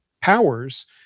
powers